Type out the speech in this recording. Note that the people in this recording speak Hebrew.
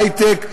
ההיי-טק,